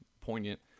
poignant